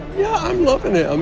yeah, i'm loving it. um